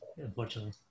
unfortunately